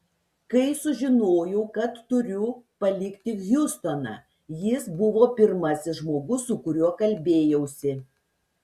kai sužinojau kad turiu palikti hjustoną jis buvo pirmasis žmogus su kuriuo kalbėjausi